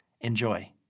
Enjoy